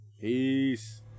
Peace